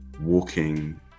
walking